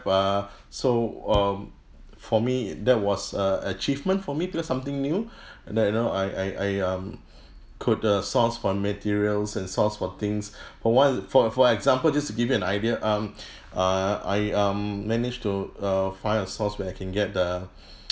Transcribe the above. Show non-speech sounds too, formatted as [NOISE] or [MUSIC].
uh so um for me that was uh achievement for me because something new that you know I I I um could uh source for the materials and source for things for one for for example just to give you an idea [BREATH] um err I um managed to uh find a source where I can get the